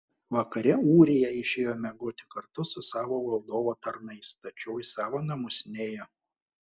vakare ūrija išėjo miegoti kartu su savo valdovo tarnais tačiau į savo namus nėjo